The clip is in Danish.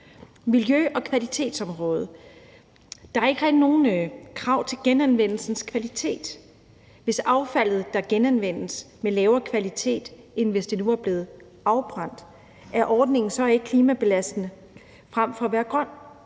miljø- og kvalitetsområdet vil jeg sige: Der er ikke rigtig nogen krav til genanvendelsens kvalitet. Hvis affald, der genanvendes, er af lavere kvalitet end affald til forbrænding, er ordningen så ikke klimabelastende frem for at være grøn?